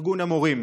ארגון המורים?